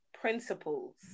principles